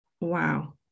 wow